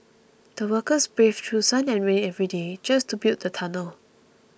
the workers braved through sun and rain every day just to build the tunnel